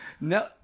No